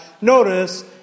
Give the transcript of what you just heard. notice